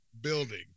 building